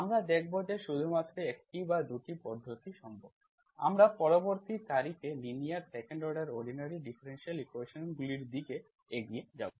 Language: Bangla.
আমরা দেখব যে শুধুমাত্র একটি বা 2টি পদ্ধতি সম্ভব আমরা পরবর্তী তারিখে linear 2nd order ordinary differential ইকুয়েশন্সগুলর দিকে এগিয়ে যাব